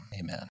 amen